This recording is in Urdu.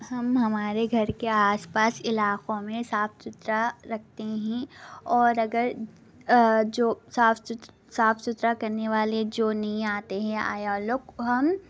ہم ہمارے گھر کے آس پاس علاقوں میں صاف ستھرا رکھتے ہیں اور اگر جو صاف ستھرا صاف ستھرا کرنے والے جو نہیں آتے ہیں آیا لوگ کو ہم